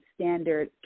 standard